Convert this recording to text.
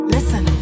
Listen